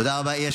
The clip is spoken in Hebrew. תודה רבה.